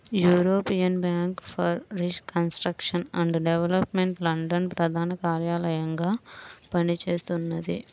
European bank for reconstruction and development London ప్రధాన కార్యాలయంగా పనిచేస్తున్నది